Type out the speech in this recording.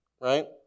Right